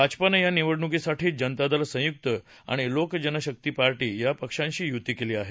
भाजपानं या निवडणुकीसाठी जनता दल संयुक आणि लोकजनशकी पार्शी या पक्षांशी युती केली आहे